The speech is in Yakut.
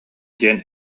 диэн